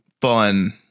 fun